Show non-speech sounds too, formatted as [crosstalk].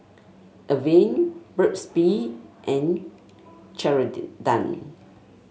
Avene Burt's Bee and [unintelligible]